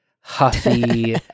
huffy